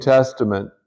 Testament